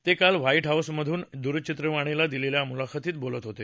ते काल व्हाईट हाऊसमधून दूरचित्रवाणीला दिलेल्या मुलाखतीत बोलत होते